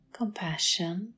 compassion